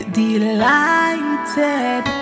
delighted